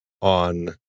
on